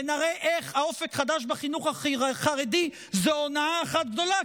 ונראה איך אופק חדש בחינוך החרדי זו הונאה אחת גדולה,